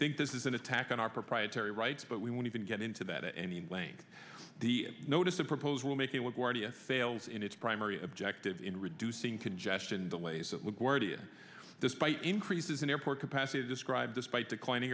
think this is an attack on our proprietary rights but we won't even get into that in any plane the notice the proposal making with guardia fails in its primary objective in reducing congestion delays at la guardia despite increases in airport capacity to describe despite declining